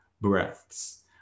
breaths